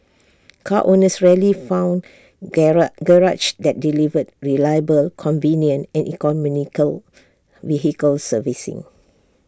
car owners rarely found garages that delivered reliable convenient and economical vehicle servicing